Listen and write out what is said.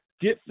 Get